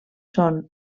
són